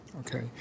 Okay